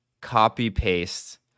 copy-paste